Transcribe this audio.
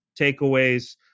takeaways